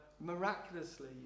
miraculously